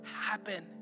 happen